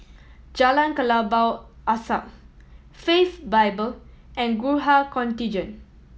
Jalan Kelabu Asap Faith Bible and Gurkha Contingent